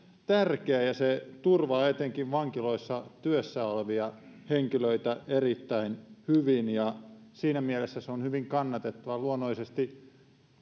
tärkeä se turvaa etenkin vankiloissa työssä olevia henkilöitä erittäin hyvin ja siinä mielessä se on hyvin kannatettava luonnollisesti